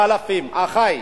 אחי.